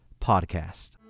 podcast